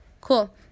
Cool